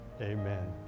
amen